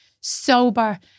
sober